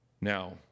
Now